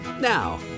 Now